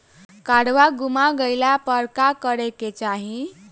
काडवा गुमा गइला पर का करेके चाहीं?